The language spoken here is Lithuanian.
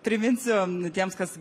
priminsiu tiems kas